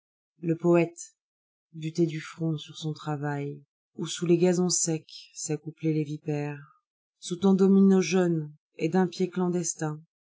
le poëte buter du front sur son travail ou sous les gazons secs s'accoupler les vipères scrus ton domino jaune et d'un pied clandestin